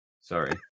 Sorry